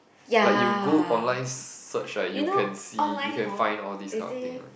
like you go online search right you can see you can find all this kind of thing one